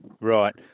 Right